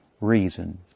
reason